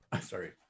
Sorry